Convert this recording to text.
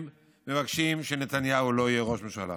הם מבקשים שנתניהו לא יהיה ראש ממשלה.